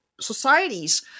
societies